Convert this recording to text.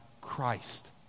Christ